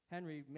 Henry